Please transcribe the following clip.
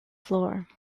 floor